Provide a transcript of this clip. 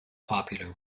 popular